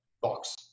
Box